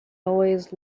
always